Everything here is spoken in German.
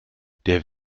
der